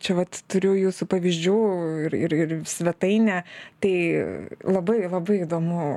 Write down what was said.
čia vat turiu jūsų pavyzdžių ir ir ir svetainę tai labai labai įdomu